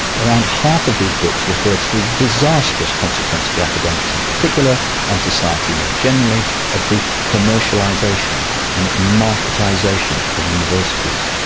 around half of these books refer to the disastrous consequence for academics in particular and society more generally of the commercialisation and marketisation of universities.